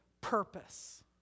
purpose